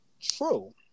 true